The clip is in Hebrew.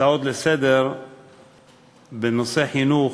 הצעות לסדר-היום בנושאי חינוך,